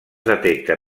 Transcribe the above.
detecta